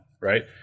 right